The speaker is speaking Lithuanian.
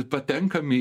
patenkam į